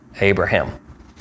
Abraham